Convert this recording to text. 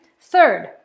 third